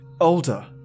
older